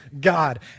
God